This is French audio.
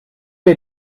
les